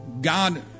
God